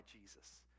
Jesus